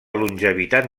longevitat